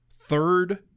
third